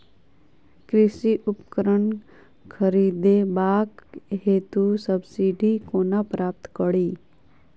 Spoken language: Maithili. कृषि उपकरण खरीदबाक हेतु सब्सिडी कोना प्राप्त कड़ी?